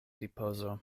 ripozo